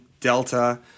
Delta